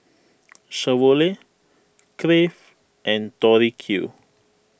Chevrolet Crave and Tori Q